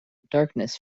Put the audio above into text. darkness